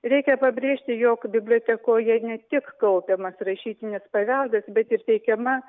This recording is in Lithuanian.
reikia pabrėžti jog bibliotekoje ne tik kaupiamas rašytinis paveldas bet ir teikiama